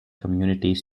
communities